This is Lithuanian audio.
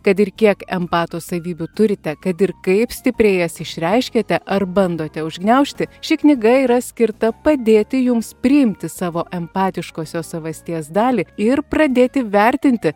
kad ir kiek empato savybių turite kad ir kaip stipriai jas išreiškiate ar bandote užgniaužti ši knyga yra skirta padėti jums priimti savo empatiškosios savasties dalį ir pradėti vertinti